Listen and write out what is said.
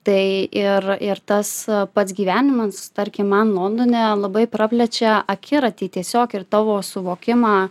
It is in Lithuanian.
tai ir ir tas pats gyvenimas tarkim man londone labai praplečia akiratį tiesiog ir tavo suvokimą